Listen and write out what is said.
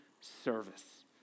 service